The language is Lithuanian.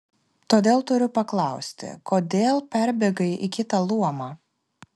todėl turiu paklausti kodėl perbėgai į kitą luomą